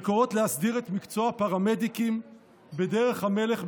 שקוראות להסדיר את מקצוע הפרמדיקים בדרך המלך,